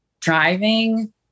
driving